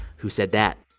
who said that